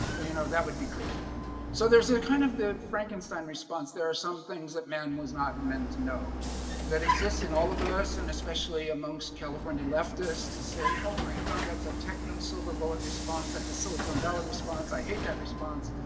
you know, that would be crazy so there's a kind of the frankenstein response there are some things that man was not meant to know that exists in all of us and especially amongst california left us to say oh my god that's a techno silver bullet response at the silicon valley response i hate that response,